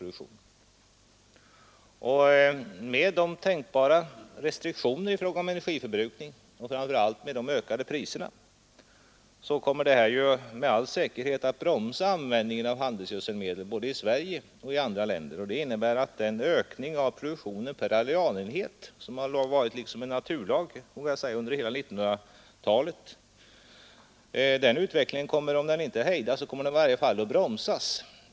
Med hänsyn till de tänkbara restriktionerna i fråga om energiförbrukningen och framför allt med hänsyn till de ökade priserna kommer detta med all säkerhet att bromsa användningen av handelsgödselmedel både i Sverige och i andra länder, vilket innebär att produktionsökningen per arealenhet — vilken under hela 1900-talet har framstått som något av en självklarhet — kommer om inte att hejdas så i varje fall att bromsas.